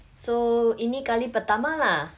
so ini kali pertama lah